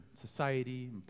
society